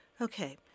Okay